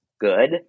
good